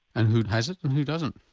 and who has it and who doesn't?